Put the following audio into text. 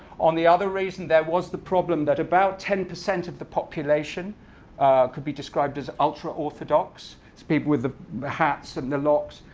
on the other reason, there was the problem that about ten percent of the population could be described as ultra orthodox. it's people with the the hats and the locks.